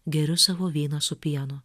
geriu savo vyną su pienu